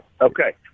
Okay